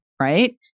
right